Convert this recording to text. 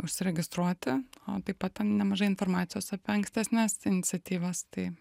užsiregistruoti o taip pat ten nemažai informacijos apie ankstesnes iniciatyvas tai